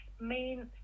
main